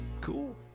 cool